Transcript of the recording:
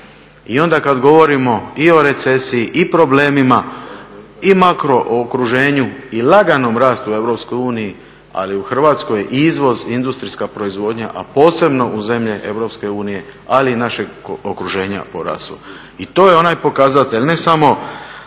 I onda kada govorimo i o recesiji i o problemima i makrookruženju i laganom rastu u EU, ali u Hrvatskoj izvoz i industrijska proizvodnja, a posebno u zemlje EU ali i našeg okruženja porastao. I to je onaj pokazatelj ne samo